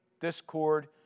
discord